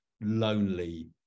lonely